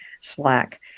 slack